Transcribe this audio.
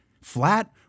flat